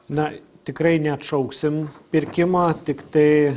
na tikrai neatšauksim pirkimo tiktai